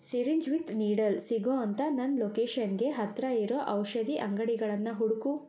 syringe with needle ಸಿಗೋ ಅಂಥ ನನ್ನ ಲೊಕೇಶನ್ಗೆ ಹತ್ತಿರ ಇರೋ ಔಷಧಿ ಅಂಗಡಿಗಳನ್ನು ಹುಡುಕು